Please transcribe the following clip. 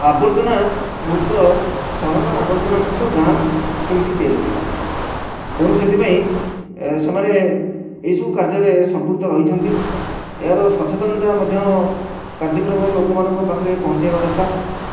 ଆବର୍ଜନା ମୁକ୍ତ ସହର ଆବର୍ଜନା ମୁକ୍ତ ଗାଁ କେମିତି ତିଆରି କରିବା ତେଣୁ ସେଥିପାଇଁ ସେମାନେ ଏହି ସବୁ କାର୍ଯ୍ୟରେ ସମ୍ପୃକ୍ତ ରହିଛନ୍ତି ଏହାର ସଚେତନତା ମଧ୍ୟ କାର୍ଯ୍ୟକ୍ରମ ଲୋକମାନଙ୍କ ପାଖରେ ପହଞ୍ଚାଇବା ଦରକାର